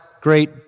great